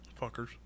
fuckers